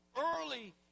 Early